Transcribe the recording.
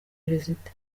perezida